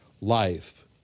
life